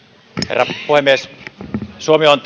herra puhemies suomi on